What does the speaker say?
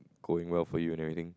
going well for you and everything